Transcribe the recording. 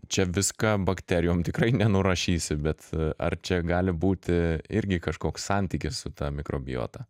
čia viską bakterijom tikrai nenurašysi bet ar čia gali būti irgi kažkoks santykis su ta mikrobiota